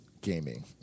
gaming